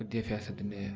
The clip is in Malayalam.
വിദ്യാഭ്യാസത്തിൻ്റെ